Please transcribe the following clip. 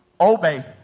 Obey